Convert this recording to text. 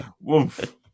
Woof